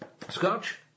Scotch